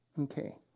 Okay